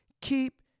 keep